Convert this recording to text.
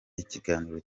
ikiganiro